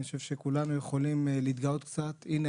אני חושב שכולנו יכולים להתגאות קצת: הנה